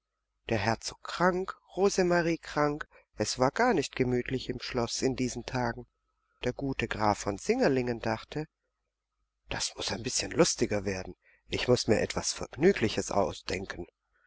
der herzog krank rosemarie krank es war gar nicht gemütlich im schloß in diesen tagen der gute graf von singerlingen dachte das muß ein bißchen lustiger werden ich muß mir etwas vergnügliches ausdenken